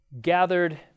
gathered